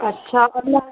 अच्छा और लहसुन